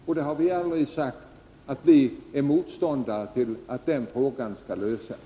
Och vi har aldrig sagt att vi är motståndare till att den frågan skall lösas.